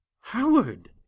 Howard